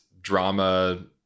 drama